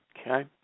Okay